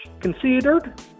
considered